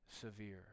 severe